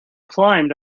climbed